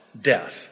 Death